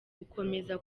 gukomeza